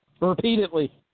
repeatedly